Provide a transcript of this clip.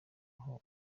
aho